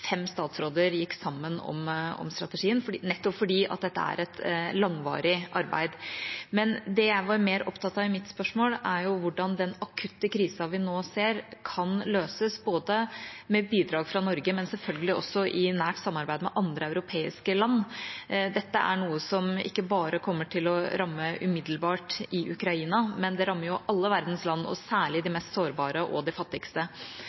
fem statsråder gikk sammen om strategien, nettopp fordi dette er et langvarig arbeid. Men det jeg var mer opptatt av i mitt spørsmål, var hvordan den akutte krisa vi nå ser, kan løses, både med bidrag fra Norge og selvfølgelig også i nært samarbeid med andre europeiske land. Dette er noe som ikke bare kommer til å ramme umiddelbart i Ukraina, men det rammer alle verdens land, og særlig de mest sårbare og de fattigste.